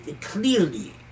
clearly